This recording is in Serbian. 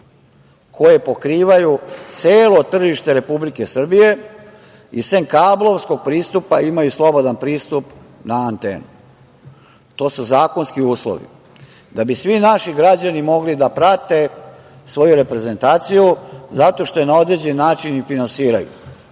koje pokrivaju celo tržište Republike Srbije i sem kablovskog pristupa imaju slobodan pristup na antenu. To su zakonski uslovi. Da bi svi naši građani mogli da prate svoju reprezentaciju, zato što je na određen način i finansiraju